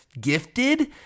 gifted